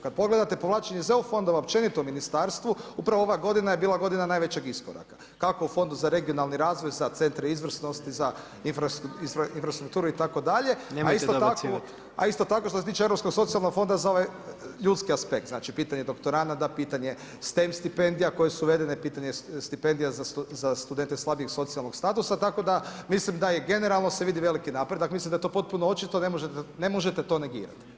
Kad pogledate povlačenje iz EU fondova, općenito ministarstvu upravo ova godina je bila godina najvećeg iskoraka kako u fondu za regionalni razvoj, za centre izvrsnosti, za infrastrukturu itd., a isto tako što se tiče Europskog socijalnog fonda, za ovaj ljudski aspekt, znači pitanje doktoranata, pitanje STEM stipendija koje su uveden, pitanje stipendije za studente koji slabijeg socijalnog statusa, tako da mislim da generalno se vidim veliki napredak, mislim da je to potpuno očito, ne možete to negirati.